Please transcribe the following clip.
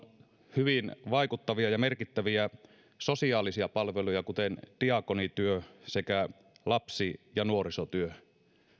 hyvin vaikuttavia ja merkittäviä sosiaalisia palveluja kuten diakoniatyö sekä lapsi ja nuorisotyö